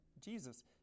jesus